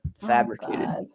fabricated